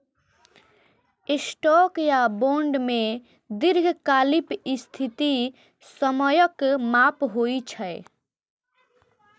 stock या bond मे दीर्घकालिक स्थिति समयक माप होइ छै